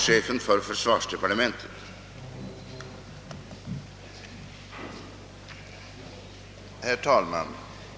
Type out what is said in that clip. Herr talman!